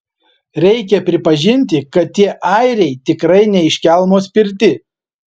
reikia pripažinti kad tie airiai tikrai ne iš kelmo spirti